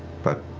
but